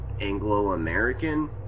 anglo-american